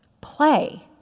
Play